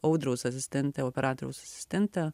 audriaus asistente operatoriaus asistente